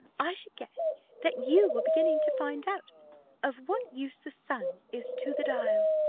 i should guess that you were beginning to find out of what use the sun is to the dial.